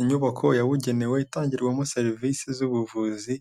Inyubako yabugenewe itangirwamo serivisi z'ubuvuzi,